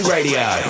Radio